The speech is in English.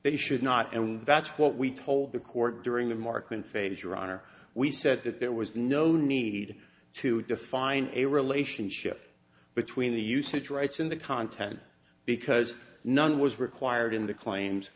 they should not and that's what we told the court during the marking phase your honor we said that there was no need to define a relationship between the usage rights and the content because none was required in the claims